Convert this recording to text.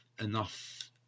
enough